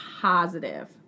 positive